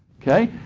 okay?